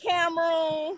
Cameroon